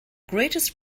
greatest